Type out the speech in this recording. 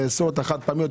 לאסור את החד פעמיות.